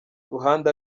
ruhande